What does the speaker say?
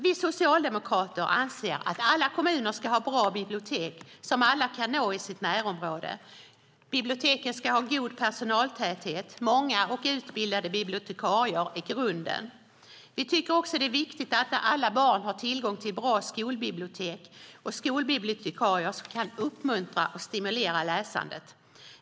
Vi socialdemokrater anser att alla kommuner ska ha bra bibliotek som alla kan nå i sitt närområde. Biblioteken ska ha god personaltäthet. Många och utbildade bibliotekarier är grunden. Vi tycker också att det är viktigt att alla barn har tillgång till ett bra skolbibliotek och skolbibliotekarier som kan uppmuntra och stimulera läsandet.